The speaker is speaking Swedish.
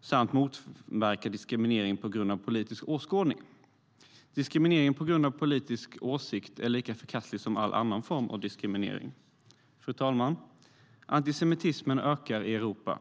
samt motverka diskriminering på grund av politisk åskådning. Diskriminering på grund av politisk åsikt är lika förkastlig som all annan form av diskriminering. Fru talman! Antisemitismen ökar i Europa.